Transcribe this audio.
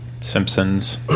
Simpsons